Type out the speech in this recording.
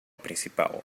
principal